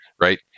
right